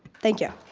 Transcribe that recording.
thank you.